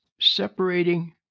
Separating